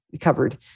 covered